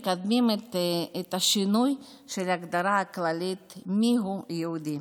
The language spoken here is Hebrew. מקדמים את השינוי של ההגדרה הכללית של מיהו יהודי.